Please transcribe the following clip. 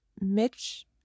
mitch